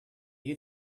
you